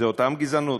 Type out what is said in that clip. זו אותה גזענות,